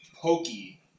pokey